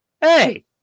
Hey